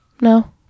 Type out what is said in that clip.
no